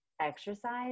exercise